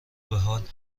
بحال